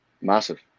massive